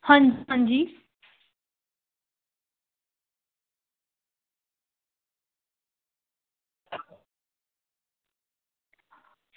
आं आं जी